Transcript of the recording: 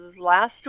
last